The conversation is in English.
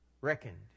reckoned